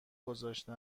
گذاشته